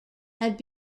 had